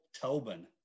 Tobin